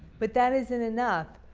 but that isn't enough.